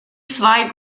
zwei